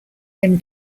him